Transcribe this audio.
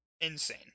insane